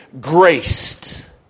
graced